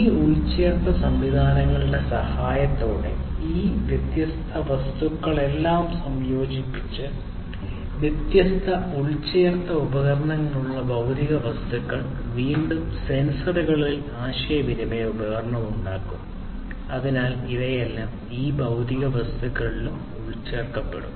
ഈ ഉൾച്ചേർത്ത സംവിധാനങ്ങളുടെ സഹായത്തോടെ ഈ വ്യത്യസ്ത വസ്തുക്കളെല്ലാം യോജിപ്പിച്ച് വ്യത്യസ്ത ഉൾച്ചേർത്ത ഉപകരണങ്ങളുള്ള ഭൌതിക വസ്തുക്കൾ വീണ്ടും സെൻസറുകൾ ആശയവിനിമയ ഉപകരണം ഉണ്ടാകും അതിനാൽ ഇവയെല്ലാം ഈ ഓരോ ഭൌതിക വസ്തുക്കളിലും ഉൾച്ചേർക്കപ്പെടും